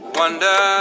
wonder